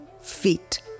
feet